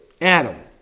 Adam